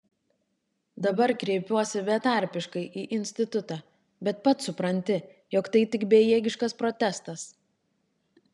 dabar kreipiuosi betarpiškai į institutą bet pats supranti jog tai tik bejėgiškas protestas